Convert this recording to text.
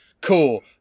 Cool